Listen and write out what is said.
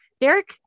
Derek